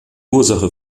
ursache